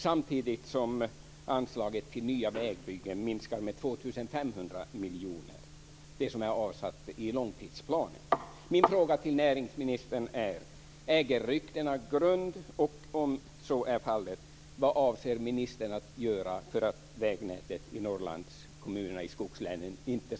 Samtidigt minskar anslaget i långtidsplanen till nya vägbyggen med 2 500 miljoner.